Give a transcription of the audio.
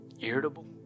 irritable